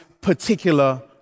particular